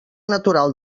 natural